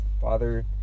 father